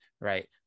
right